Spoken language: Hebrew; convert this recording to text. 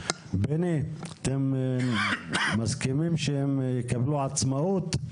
האם אתם מסכימים שהם יקבלו עצמאות?